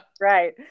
right